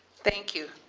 thank you.